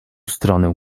stronę